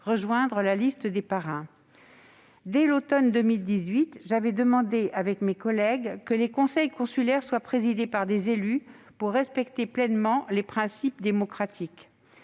rejoindre la liste des parrains. Dès l'automne 2018, j'avais demandé, avec mes collègues, que les conseils consulaires soient présidés par des élus pour respecter pleinement les principes démocratiques.